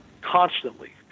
Constantly